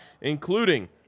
including